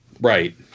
Right